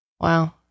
wow